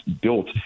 built